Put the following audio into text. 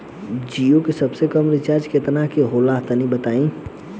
जीओ के सबसे कम रिचार्ज केतना के होला तनि बताई?